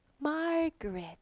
Margaret